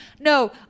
no